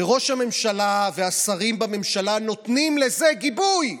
ראש הממשלה והשרים בממשלה נותנים לזה גיבוי.